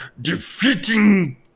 defeating